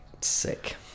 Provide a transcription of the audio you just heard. sick